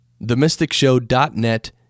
themysticshow.net